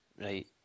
Right